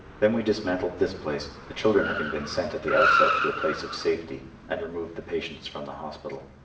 then we dismantled this place the children having been sent at the outset to a place of safety and removed the patients from the hospital.